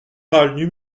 rural